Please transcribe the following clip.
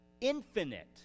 infinite